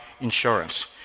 insurance